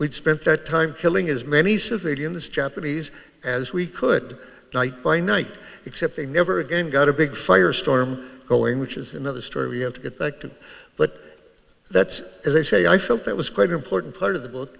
we've spent that time killing as many civilians japanese as we could night by night except they never again got a big fire storm going which is another story we have to get back to but that's as they say i felt that was quite an important part of the book